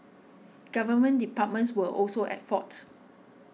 government departments were also at fault